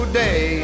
day